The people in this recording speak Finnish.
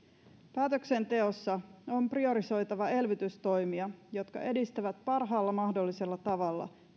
päätöksenteossa on priorisoitava elvytystoimia jotka edistävät kestävää kehitystä parhaalla mahdollisella tavalla